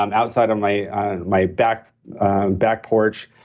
and outside of my ah my back back porch,